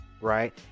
right